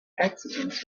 accidents